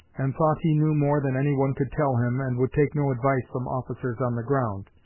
and thought he knew more than any one could tell him and would take no advice from officers on the ground.